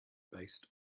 based